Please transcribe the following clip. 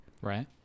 Right